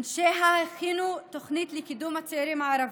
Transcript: אנשיה הכינו תוכנית לקידום הצעירים הערבים.